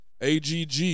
AGG